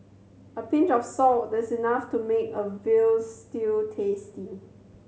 a pinch of salt this enough to make a veal stew tasty